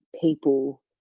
people